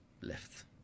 left